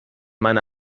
meine